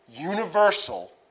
Universal